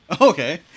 Okay